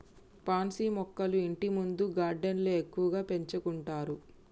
pansy మొక్కలు ఇంటిముందు గార్డెన్లో ఎక్కువగా పెంచుకుంటారు